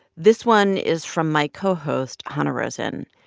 this one is from my co-host hanna rosin.